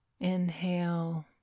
Inhale